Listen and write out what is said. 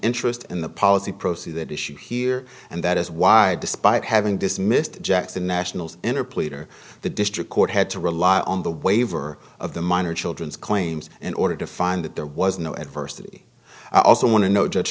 interest in the policy proceed that issue here and that is why despite having dismissed jackson nationals enter pleader the district court had to rely on the waiver of the minor children's claims in order to find that there was no adversity i also want to know j